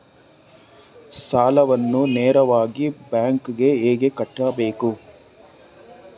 ಸಾಲವನ್ನು ನೇರವಾಗಿ ಬ್ಯಾಂಕ್ ಗೆ ಹೇಗೆ ಕಟ್ಟಬೇಕು?